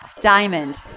Diamond